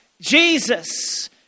Jesus